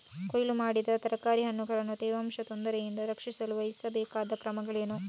ಕೊಯ್ಲು ಮಾಡಿದ ತರಕಾರಿ ಹಣ್ಣುಗಳನ್ನು ತೇವಾಂಶದ ತೊಂದರೆಯಿಂದ ರಕ್ಷಿಸಲು ವಹಿಸಬೇಕಾದ ಕ್ರಮಗಳೇನು?